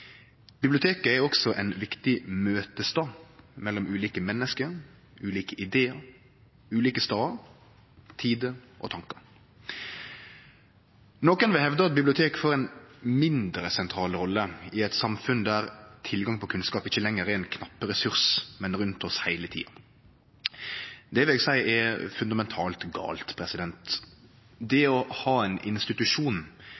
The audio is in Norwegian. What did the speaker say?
er også ein viktig møtestad mellom ulike menneske, ulike idear, ulike stadar, tider og tankar. Nokre vil hevde at biblioteka får ei mindre sentral rolle i eit samfunn der tilgang på kunnskap ikkje lenger er ein knapp ressurs, men er rundt oss heile tida. Det vil eg seie er fundamentalt galt. Det